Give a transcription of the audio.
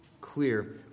clear